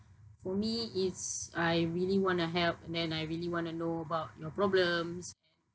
for me is I really want to help and then I really want to know about your problems